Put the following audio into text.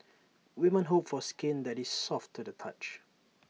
women hope for skin that is soft to the touch